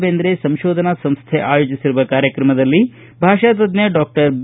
ಬೇಂದ್ರೆ ಸಂಶೋಧನಾ ಸಂಸ್ಕ ಆಯೋಜಿಸಿರುವ ಕಾರ್ಯಕ್ರಮದಲ್ಲಿ ಭಾಷಾತಜ್ಞ ಡಾಕ್ಷರ್ ಬಿ